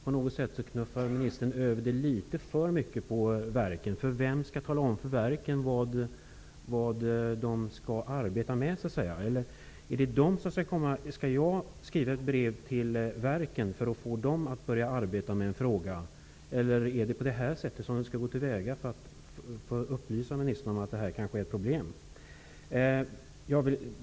På något sätt för ministern frågan litet för mycket över på verken. Vem skall tala om för verken vad de skall arbeta med? Skall jag skriva ett brev till de olika verken för att få dem att arbeta med en fråga? Eller är det på det här sättet som jag skall gå till väga för att upplysa ministern om att detta är ett problem?